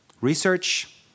Research